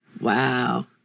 Wow